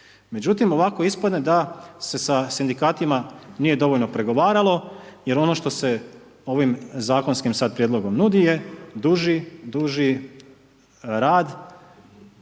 Međutim, ovako ispadne da se sa Sindikatima nije dovoljno pregovaralo, jer ono što se ovim zakonskim sad prijedlogom nudi je, duži, duži rad,